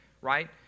Right